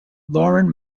lauren